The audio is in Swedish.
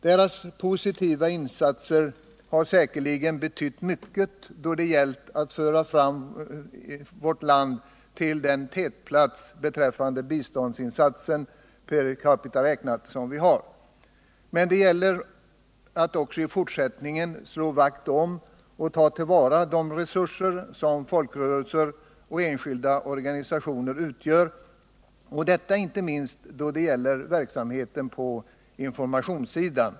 Deras positiva insatser har säkerligen betytt mycket då det gällt att föra fram vårt land till en tätplats beträffande biståndsinsatsen per capita räknat. Men det gäller att också i fortsättningen slå vakt om och ta till vara de resurser som folkrörelser och enskilda organisationer utgör, detta inte minst då det gäller verksamheten på informationssidan.